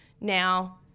now